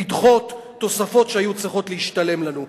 לדחות תוספות שהיו צריכות להשתלם לנו.